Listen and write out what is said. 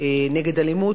נגד אלימות.